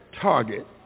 target